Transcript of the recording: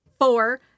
four